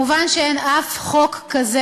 מובן שאין אף חוק כזה,